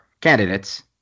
candidates